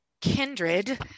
kindred